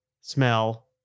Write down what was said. smell